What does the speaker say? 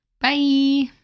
Bye